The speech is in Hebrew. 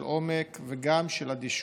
של עומק וגם של אדישות.